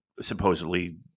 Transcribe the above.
supposedly